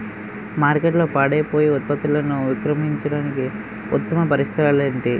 మార్కెట్లో పాడైపోయే ఉత్పత్తులను విక్రయించడానికి ఉత్తమ పరిష్కారాలు ఏంటి?